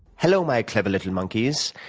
hello, my clever little monkeys.